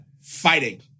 fighting